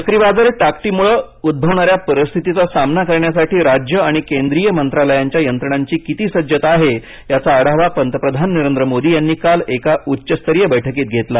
चक्रीवादळ टाकटीमुळे उद्भवणाऱ्या परिस्थितीचा सामना करण्यासाठी राज्यं आणि केंद्रीय मंत्रालयांच्या यंत्रणांची किती सज्जता आहे याचा आढावा पंतप्रधान नरेंद्र मोदी यांनी काल एका उच्चस्तरीय बैठकीत घेतला